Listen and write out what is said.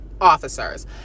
officers